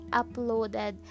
uploaded